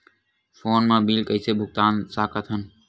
Phone मा bill कइसे भुक्तान साकत हन?